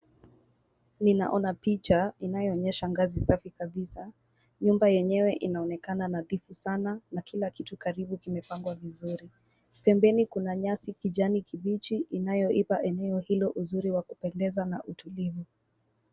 Ninaona picha inayoonyesha ngazi safi kabisa. Nyumba yenyewe inaonekana nadhifu sana na kila kitu karibu kimepangwa vizuri. Pembeni kuna nyasi kijani kibichi, inayoipa eneo hilo uzuri wa kupendeza na utulivu.